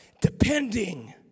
depending